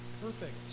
perfect